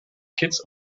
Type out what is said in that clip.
kitts